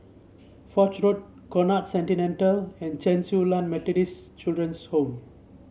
Foch Road Conrad Centennial and Chen Su Lan Methodist Children's Home